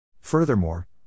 Furthermore